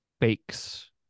fakes